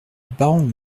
baron